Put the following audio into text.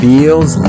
Feels